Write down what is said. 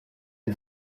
est